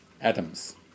atoms